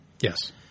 Yes